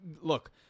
Look